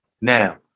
now